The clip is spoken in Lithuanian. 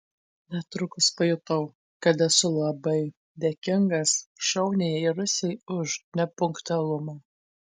netrukus pajutau kad esu labai dėkingas šauniajai rusei už nepunktualumą